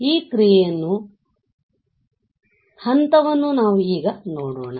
ಈ ಪ್ರಕ್ರಿಯೆಯ ಹಂತವನ್ನು ನಾವು ಈಗ ನೋಡೋಣ